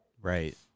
right